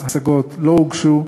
השגות לא הוגשו,